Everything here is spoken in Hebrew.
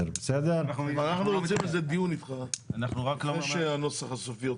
אנחנו רוצים דיון איתך לפני שהנוסח הסופי יוצא,